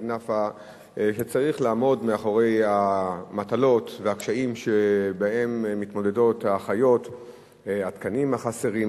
ההצעה להעביר את הנושא לוועדת הכספים